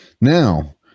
now